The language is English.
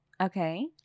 Okay